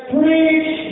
Preach